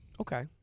Okay